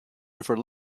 river